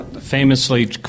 Famously